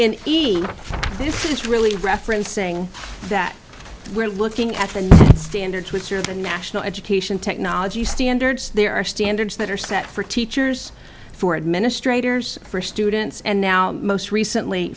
in this is really referencing that we're looking at the new standards which are the national education technology standards there are standards that are set for teachers for administrators for students and now most recently